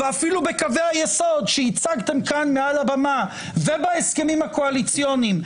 ואפילו בקווי היסוד שהצגתם כאן מעל לבמה ובהסכמים הקואליציוניים,